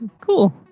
cool